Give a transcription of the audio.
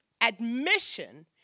admission